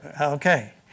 Okay